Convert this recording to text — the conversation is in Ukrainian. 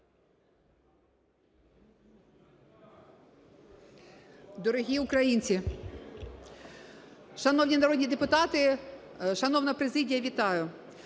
Дорогі українці, шановні народні депутати, шановна президія, вітаю!